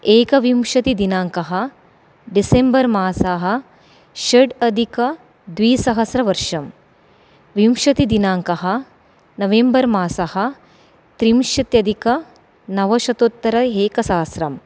एकविंशतिदिनाङ्कः डिसेम्बर् मासः षट् अधिकद्विसहस्रवर्षं विंशतिदिनाङ्कः नवेम्बर् मासः त्रिंशत्यधिकनवशतोत्तर एकसहस्रम्